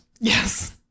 Yes